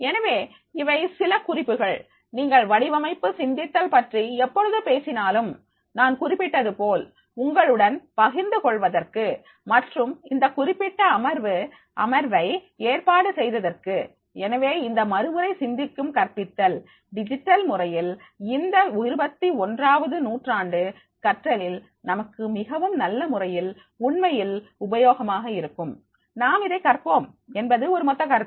எனவே இவை சில குறிப்புகள் நீங்கள் வடிவமைப்பு சிந்தித்தல் பற்றி எப்பொழுது பேசினாலும் நான் குறிப்பிட்டதுபோல் உங்களுடன் பகிர்ந்து கொள்வதற்கு மற்றும் இந்த குறிப்பிட்ட அமர்வை ஏற்பாடு செய்ததற்கு எனவே இந்த மறுமுறை சிந்திக்கும் கற்பித்தல்டிஜிட்டல் முறையில் இந்த இருபத்தி ஒன்றாவது நூற்றாண்டு கற்றலில் நமக்கு மிகவும் நல்ல முறையில் உண்மையில் உபயோகமாக இருக்கும் நாம் இதை கற்போம் என்பது ஒரு மொத்த கருத்து